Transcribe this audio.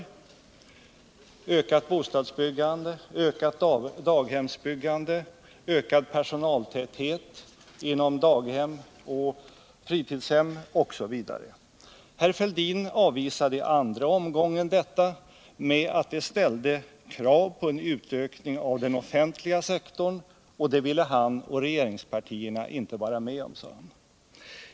Det skulle ske genom ökat bostadsbyggande, ökat daghemsbyggande, ökad personaltäthet inom daghem och fritidshem osv. Thorbjörn Fälldin avvisade i andra omgången detta förslag med att det ställde krav på en utökning av den offentliga sektorn, och det vill han och regeringspartierna inte vara med om.